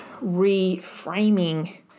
reframing